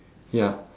ya